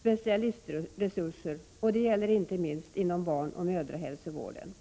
specialistresurser, det gäller inte minst inom barnoch mödrahälsovården.